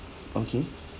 okay